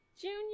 Junior